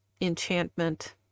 enchantment